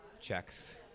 checks